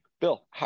Bill